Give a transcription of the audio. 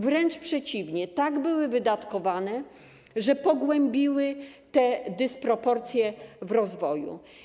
Wręcz przeciwnie, tak były one wydatkowane, że pogłębiły dysproporcje w rozwoju.